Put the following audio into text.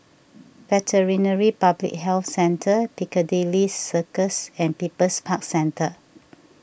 Veterinary Public Health Centre Piccadilly Circus and People's Park Centre